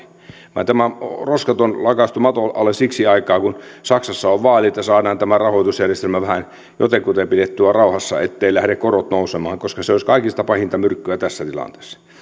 vaan roskat on lakaistu maton alle siksi aikaa kun saksassa on vaalit saadaan tämä rahoitusjärjestelmä jotenkuten pidettyä rauhassa etteivät lähde korot nousemaan koska se olisi kaikista pahinta myrkkyä tässä tilanteessa